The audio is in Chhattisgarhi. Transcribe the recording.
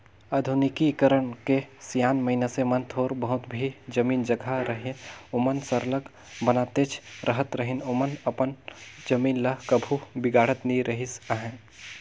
आधुनिकीकरन के सियान मइनसे मन थोर बहुत भी जमीन जगहा रअहे ओमन सरलग बनातेच रहत रहिन ओमन अपन जमीन ल कभू बिगाड़त नी रिहिस अहे